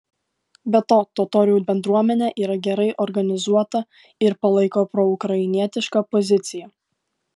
be to totorių bendruomenė yra gerai organizuota ir palaiko proukrainietišką poziciją